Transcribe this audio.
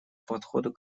подхода